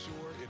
sure